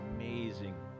amazing